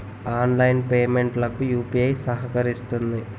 online payment లకు UPI సహకరిస్తుంది